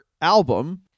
album